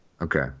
Okay